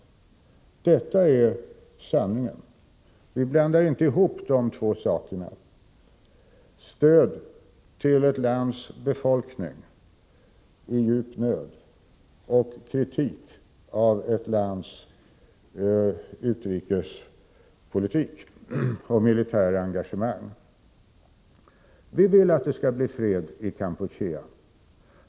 Detta är sanningen. Vi blandar inte ihop de två sakerna stöd till ett lands befolkning i djup nöd och kritik av ett lands utrikespolitik och militära engagemang. Vi vill att det skall bli fred i Kampuchea.